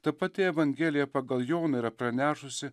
ta pati evangelija pagal joną yra pranešusi